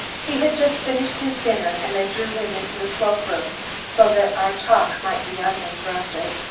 he had just finished his dinner and i drew him into the cloak-room so that our talk might be uninterrupted.